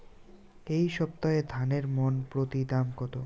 এই সপ্তাহে ধানের মন প্রতি দাম কত?